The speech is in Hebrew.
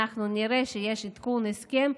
אנחנו נראה שיש עדכון הסכם,